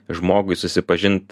žmogui susipažint